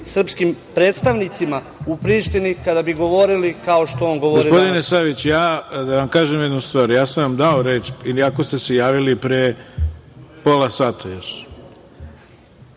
srpskim predstavnicima u Prištini kada bi govorili kao što on govori danas? **Ivica Dačić** Gospodine Saviću, da vam kažem jednu stvar. Ja sam vam dao reč iako ste se javili pre još pola sata i